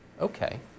Okay